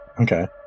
Okay